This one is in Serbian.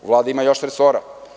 U Vladi ima još resora.